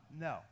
No